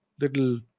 little